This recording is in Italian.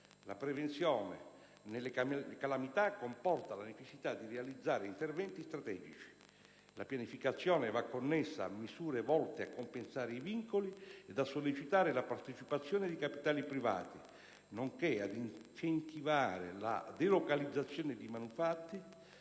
La prevenzione delle calamità comporta la necessità di realizzare interventi strategici. La pianificazione va connessa a misure volte a compensare i vincoli ed a sollecitare la partecipazione di capitali privati, nonché ad incentivare la delocalizzazione di manufatti,